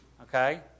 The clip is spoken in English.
okay